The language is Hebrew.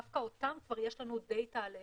דווקא אותן כבר יש לנו דאטה עליהן,